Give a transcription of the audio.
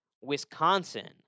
Wisconsin